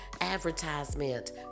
advertisement